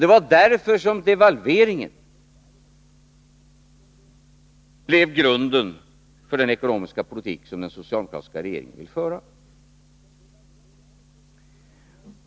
Det var därför som devalveringen blev grunden för den ekonomiska politik som den socialdemokratiska regeringen ville föra.